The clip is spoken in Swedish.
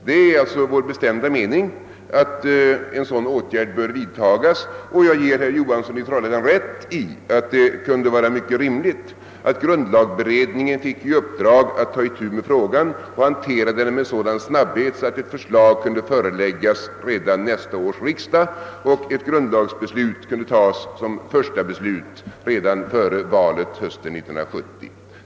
Det är alltså vår bestämda mening att en sådan åtgärd bör vidtas och jag ger herr Johansson i Trollhättan rätt i att vi menar att det kunde vara mycket rimligt att grund lagberedningen fick i uppdrag att ta itu med frågan och behandla den med sådan snabbhet att förslag kunde föreläggas redan nästa års riksdag, så att ett första grundlagsbeslut kunde fattas redan före valet hösten 1970.